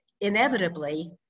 inevitably